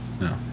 No